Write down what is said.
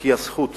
בחלקי הזכות